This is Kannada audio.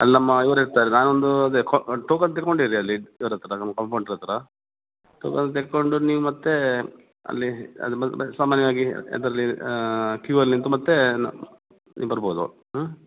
ಅಲ್ಲಮ್ಮ ಇವ್ರು ಇರ್ತಾರೆ ನಾನೊಂದು ಅದೆ ಕೊ ಟೋಕನ್ ತಗೊಂಡಿರಿ ಅಲ್ಲಿ ಇವ್ರ ಹತ್ರ ನಮ್ಮ ಕಂಪೌಂಡ್ರ್ ಹತ್ತಿರ ಟೋಕನ್ ತಗೊಂಡು ನೀವು ಮತ್ತೆ ಅಲ್ಲಿ ಅಲ್ಲಿ ಬಲ್ ಬಲ್ ಸಾಮಾನ್ಯವಾಗಿ ಅದರಲ್ಲಿ ಕ್ಯೂವಲ್ಲಿ ನಿಂತು ಮತ್ತೆ ನೀವು ಬರ್ಬೋದು ಹಾಂ